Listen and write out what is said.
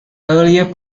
earlier